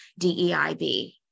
DEIB